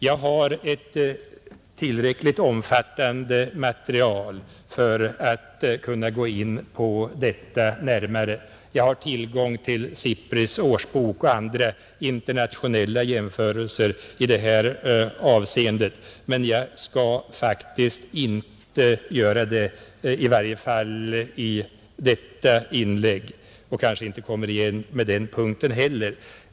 Jag har ett tillräckligt omfattande material för att kunna gå in på detta närmare. Jag har tillgång till SIPRI:s årsbok och andra internationella jämförelser i detta avseende, men jag skall faktiskt inte ta upp detta, i varje fall inte i detta inlägg, och jag kanske inte heller kommer igen på den punkten.